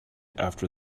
after